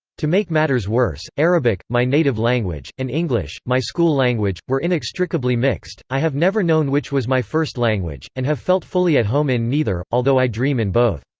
to make matters worse, arabic, my native language, and english, my school language, were inextricably mixed i have never known which was my first language, and have felt fully at home in neither, although i dream in both.